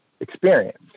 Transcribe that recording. experience